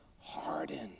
harden